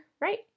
right